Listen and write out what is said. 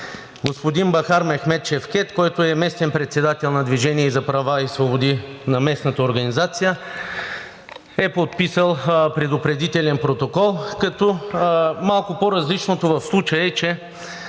господин Бахар Мехмед Шефкед, който е местен председател на „Движение за права и свободи“ – на местната организация, е подписал предупредителен протокол, като малко по-различното в случая е, че